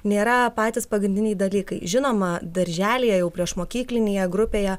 nėra patys pagrindiniai dalykai žinoma darželyje jau priešmokyklinėje grupėje